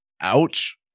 ouch